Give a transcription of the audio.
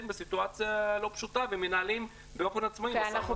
בסיטואציה לא פשוטה ומנהלים באופן עצמאי משא ומתן.